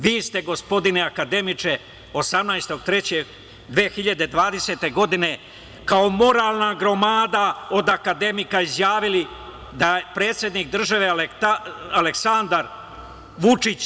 Vi ste gospodine akademiče 18.3.2020. godine kao moralna gromada od akademika izjavili da je predsednik države Aleksandar Vučić.